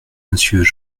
monsieur